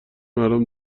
مردم